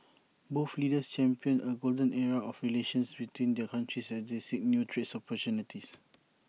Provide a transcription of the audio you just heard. both leaders championed A golden era of relations between their countries as they seek new trade opportunities